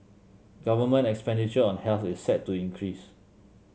government expenditure on health is set to increase